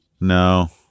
No